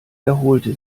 erholte